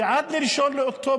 ועד 1 באוקטובר,